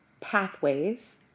pathways